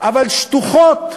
אבל שטוחות.